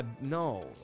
No